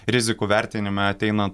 rizikų vertinime ateinan